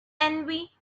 envy